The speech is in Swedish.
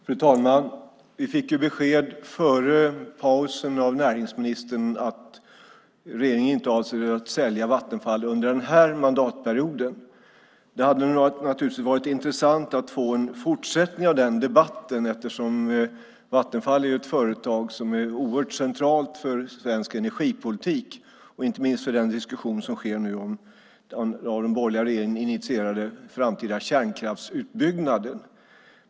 Fru talman! Vi fick före pausen besked av näringsministern att regeringen inte avser att sälja Vattenfall under den här mandatperioden. Det hade naturligtvis varit intressant att få en fortsättning av den debatten, eftersom Vattenfall är ett företag som är oerhört centralt för svensk energipolitik och inte minst för den diskussion som nu sker om den av den borgerliga regeringen initierade framtida kärnkraftsutbyggnaden.